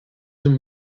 him